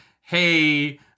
hey